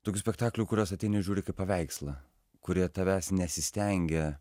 tokių spektaklių kuriuos ateini žiūri kaip paveikslą kurie tavęs nesistengia